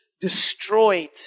destroyed